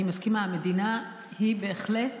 אני מסכימה, המדינה היא בהחלט